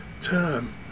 term